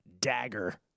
dagger